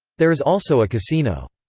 there is also a casino.